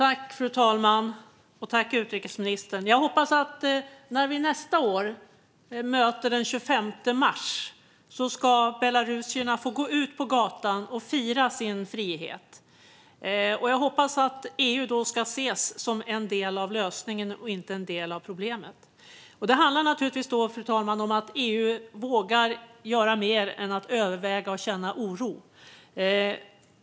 Fru talman! Jag hoppas att belarusierna, när vi möter den 25 mars nästa år, ska få gå ut på gatorna och fira sin frihet. Jag hoppas att EU då ska ses som en del av lösningen och inte som en del av problemet. Det handlar om att EU vågar göra mer än att överväga att känna oro.